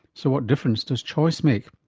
so what difference does choice make?